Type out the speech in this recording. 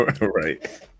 right